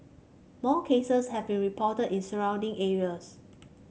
more cases have been reported in surrounding areas